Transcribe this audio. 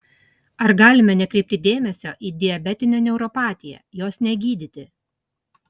ar galime nekreipti dėmesio į diabetinę neuropatiją jos negydyti